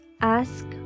Ask